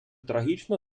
трагічно